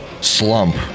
slump